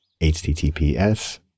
HTTPS